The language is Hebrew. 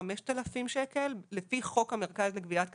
5,000 שקלים לפי חוק המרכז לגביית קנסות.